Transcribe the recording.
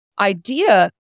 idea